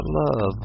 love